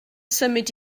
symud